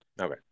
Okay